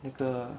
那个